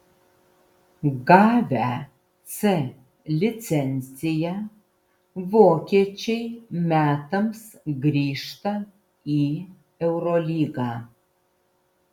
gavę c licenciją vokiečiai metams grįžta į eurolygą